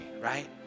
right